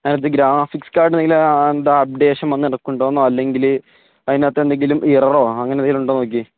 അതിനകത്ത് ഗ്രാഫിക്സ് കാർഡിനെന്തെങ്കിലും എന്താണ് അപ്ഡേഷൻ വന്നു കിടക്കുന്നുണ്ടോയെന്നോ അല്ലെങ്കില് അതിനകത്ത് എന്തെങ്കിലും എററോ അങ്ങനെ എന്തെങ്കിലുമുണ്ടോയെന്ന് നോക്കിയെ